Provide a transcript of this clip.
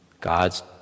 God's